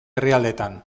herrialdetan